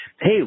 Hey